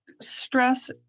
stress